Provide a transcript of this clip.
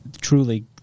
truly